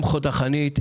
הם חוד החנית,